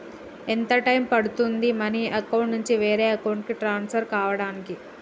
ఎంత టైం పడుతుంది money account నుంచి వేరే అకౌంట్ కి ట్రాన్స్ఫర్ కావటానికి?